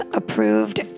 approved